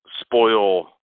spoil